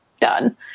done